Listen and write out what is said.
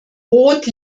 roth